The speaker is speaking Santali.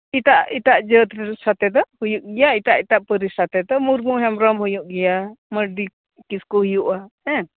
ᱮᱴᱟᱜ ᱮᱴᱟᱜ ᱡᱟᱹᱛ ᱥᱟᱛᱮ ᱫᱚ ᱦᱩᱭᱩᱜ ᱜᱮᱭᱟ ᱮᱴᱟᱜ ᱯᱟᱨᱤᱥ ᱥᱟᱛᱮ ᱫᱚ ᱢᱩᱨᱢᱩ ᱦᱮᱢᱵᱽᱨᱚᱢ ᱦᱩ ᱭᱩᱜ ᱜᱮᱭᱟ ᱢᱟᱨᱰᱤ ᱠᱤᱥᱠᱩ ᱦᱩᱭᱩᱜᱼᱟ ᱦᱮᱸ